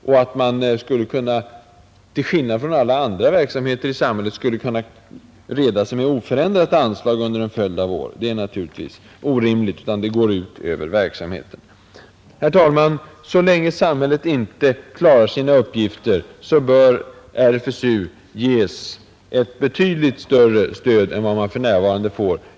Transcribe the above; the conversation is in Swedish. Och att man för denna verksamhet, till skillnad från alla andra verksamheter i samhället, skulle kunna reda sig med oförändrat anslag under en följd av år är naturligtvis orimligt — det går ut över verksamheten. Herr talman! Så länge samhället inte klarar sina uppgifter här bör RFSU ges ett betydligt större stöd än för närvarande.